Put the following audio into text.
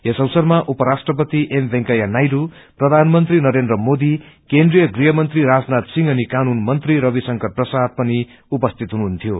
यस अवसरमा उपराष्ट्रपति एम वेकैया नायहु प्रधानमन्त्री नरेन्द्र मोदी केन्द्रीय गृहमन्त्री राजनाथ सिंह अनि कानून मन्त्री रविशंकर प्रसाद पनि उपस्थित हुनुहुन्थ्यो